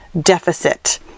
deficit